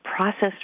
processed